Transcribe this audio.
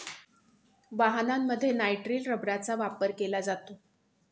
वाहनांमध्ये नायट्रिल रबरचा वापर केला जातो